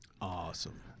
Awesome